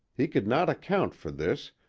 he could not account for this,